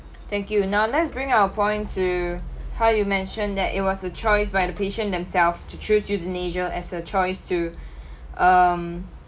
thank you now let's bring our point to how you mention that it was a choice by the patient themself to choose euthanasia as a choice to um